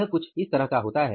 यह कुछ इस तरह का होता है